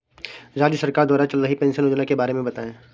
राज्य सरकार द्वारा चल रही पेंशन योजना के बारे में बताएँ?